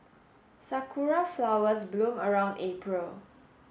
sakura flowers bloom around April